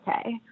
okay